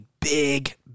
big